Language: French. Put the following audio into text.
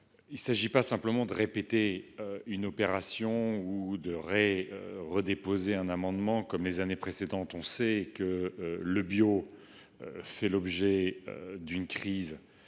Il ne s’agit pas simplement de répéter une opération ou de redéposer un amendement comme les années précédentes. L’agriculture bio subit une crise